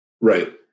Right